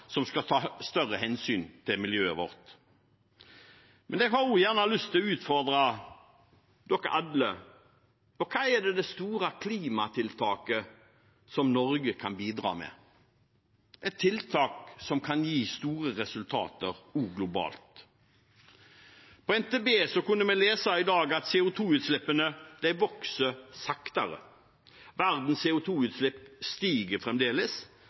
som skal ta større hensyn til miljøet vårt. Men jeg har også lyst til å utfordre dere alle: Hva er det store klimatiltaket som Norge kan bidra med, et tiltak som kan gi store resultater også globalt? På NTB kunne vi lese i dag at CO2-utslippene vokser saktere. Verdens CO2-utslipp stiger fremdeles,